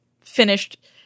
finished